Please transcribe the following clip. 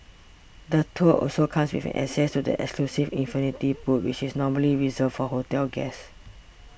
the tour also comes with an access to the exclusive infinity pool which is normally reserved for hotel guests